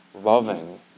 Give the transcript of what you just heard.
loving